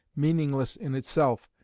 meaningless in itself,